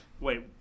Wait